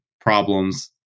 problems